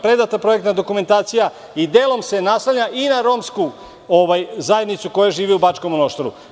Predata je projektna dokumentacija i delom se naslanja na romsku zajednicu koja živi u Bačkom Monoštoru?